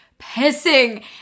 pissing